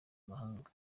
mahanga